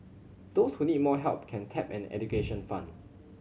those who need more help can tap an education fund